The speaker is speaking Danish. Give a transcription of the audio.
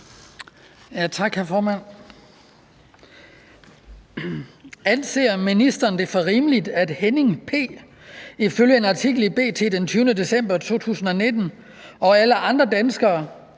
Skibby (DF): Anser ministeren det for rimeligt, at Henning P. ifølge en artikel i B.T. den 20. december 2019 og alle andre danskere